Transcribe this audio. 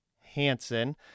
hansen